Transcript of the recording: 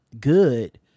good